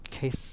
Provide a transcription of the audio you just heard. case